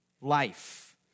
life